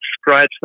scratch